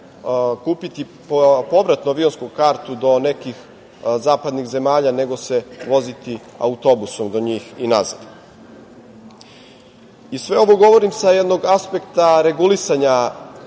kupiti povratnu avionsku kartu do nekih zapadnih zemalja, nego se voziti autobusom do njih i nazad. Sve ovo govorim sa jednog aspekta regulisanja